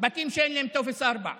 בתים שאין להם טופס 4,